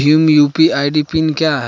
Bhim UPI PIN क्या है?